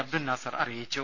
അബ്ദുൽ നാസർ അറിയിച്ചു